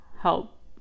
help